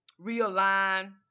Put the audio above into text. realign